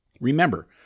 Remember